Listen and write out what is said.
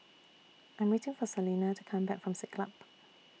I'm waiting For Salena to Come Back from Siglap